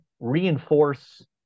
reinforce